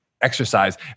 exercise